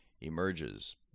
emerges